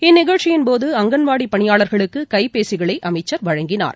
இந்நிகழ்ச்சியின்போது அங்கன்வாடிபணியாளர்களுக்குகைபேசிகளைஅமைச்சர் வழங்கினார்